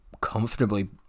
comfortably